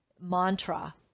mantra